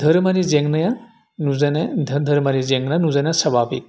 धोरोमारि जेंनाया नुजानो धोरोमारि जेंना नुजानाया साबाबिख